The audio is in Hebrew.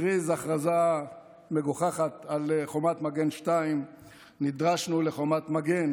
מכריז הכרזה מגוחכת על חומת מגן 2. נדרשנו לחומת מגן